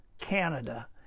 Canada